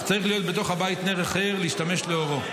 "וצריך להיות בתוך הבית נר אחר להשתמש לאורו.